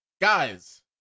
guys